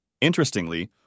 Interestingly